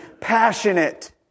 passionate